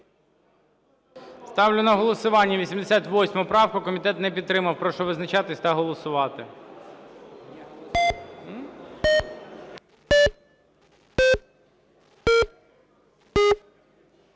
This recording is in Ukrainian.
Ставлю на голосування 88 правку. Комітет не підтримав. Прошу визначатися та голосувати.